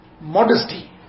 modesty